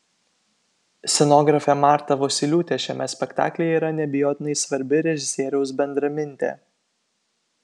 scenografė marta vosyliūtė šiame spektaklyje yra neabejotinai svarbi režisieriaus bendramintė